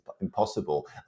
impossible